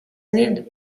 lived